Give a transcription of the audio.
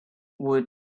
were